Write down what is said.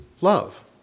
love